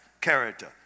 Character